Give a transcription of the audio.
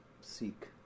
seek